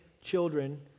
children